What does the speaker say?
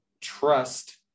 trust